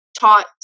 taught